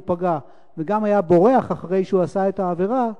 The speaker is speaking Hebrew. פגע וגם היה בורח אחרי שהוא עשה את העבירה,